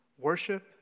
worship